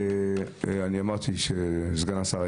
סגן השר,